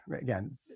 Again